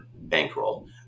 bankroll